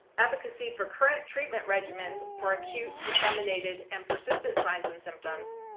efficacy for current treatment regimen for acute disseminated and persistent signs and symptoms.